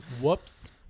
Whoops